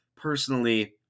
Personally